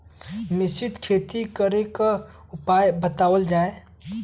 मिश्रित खेती करे क उपाय बतावल जा?